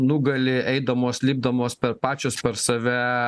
nugali eidamos lipdamos per pačios per save